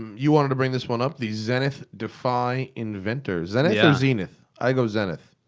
you wanted to bring this one up the zenith defy inventor. zennith or zeenith? i go zennith.